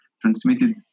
transmitted